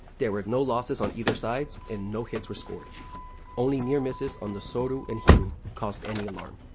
there were no losses on either sides and no hits were scored only near misses on the soryu and hiryu caused any alarm.